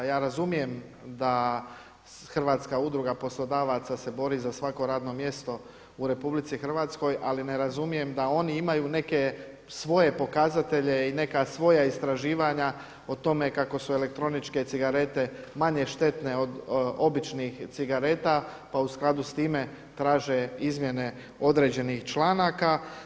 Ja razumijem da Hrvatska udruga poslodavaca se bori za svako radno mjesto u RH, ali ne razumijem da oni imaju neke svoje pokazatelje i neka svoja istraživanja o tome kako su elektroničke cigarete manje štetne od običnih cigareta, pa u skladu s time traže izmjene određenih članaka.